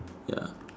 ya